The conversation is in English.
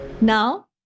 Now